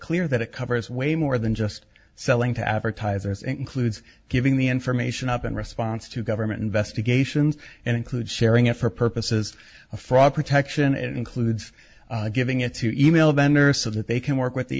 clear that it covers way more than just selling to advertisers includes giving the information up in response to government investigations and includes sharing it for purposes of fraud protection it includes giving it to e mail vendor so that they can work with the